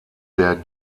der